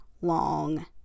long